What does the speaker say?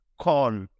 call